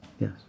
Yes